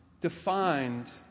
defined